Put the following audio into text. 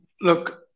Look